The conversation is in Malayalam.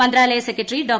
മന്ത്രാലയ സെക്രട്ടറി ഡോ